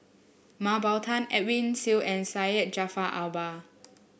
Mah Bow Tan Edwin Siew and Syed Jaafar Albar